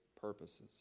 purposes